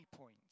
point